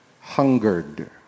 hungered